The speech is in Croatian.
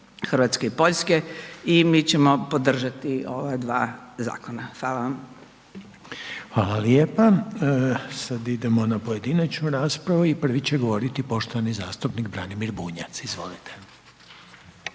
Hrvatske i Poljske i mi ćemo podržati ova dva zakona. Hvala vam. **Reiner, Željko (HDZ)** Hvala lijepa. Sada idemo na pojedinačnu raspravu i prvi će govoriti poštovani zastupnik Branimir Bunjac, izvolite.